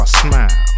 smile